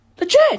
Legit